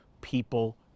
people